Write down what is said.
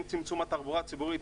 עם צמצום התחבורה הציבורית,